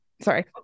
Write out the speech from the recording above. sorry